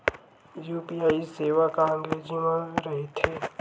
UPI सेवा का अंग्रेजी मा रहीथे?